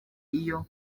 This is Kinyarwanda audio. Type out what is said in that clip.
iyo